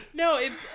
No